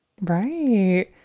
Right